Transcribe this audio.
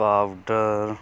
powder